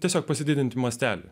tiesiog pasididinti mastelį